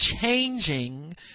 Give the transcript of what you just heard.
changing